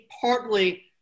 partly